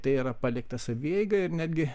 tai yra palikta savieigai ir netgi